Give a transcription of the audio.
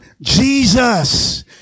Jesus